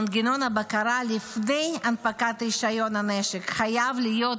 מנגנון הבקרה לפני הנפקת רישיון הנשק חייב להיות